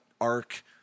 arc